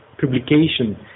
publication